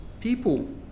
people